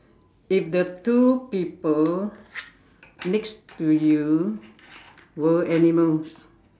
if the two people next to you were animals